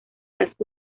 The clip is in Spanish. las